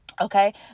okay